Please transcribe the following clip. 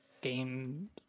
game